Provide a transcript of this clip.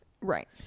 Right